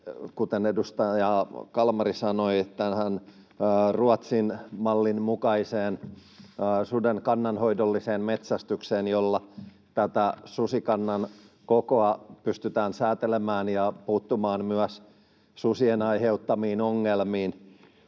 kuten edustaja Kalmari sanoi, tähän Ruotsin mallin mukaiseen suden kannanhoidolliseen metsästykseen, jolla susikannan kokoa pystytään säätelemään ja puuttumaan myös susien aiheuttamiin ongelmiin.